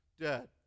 dead